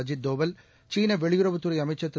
அஜித் தோவல் சீனவெளியுறவுத்துறைஅமைச்சர் திரு